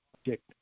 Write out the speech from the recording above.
object